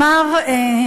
אמר,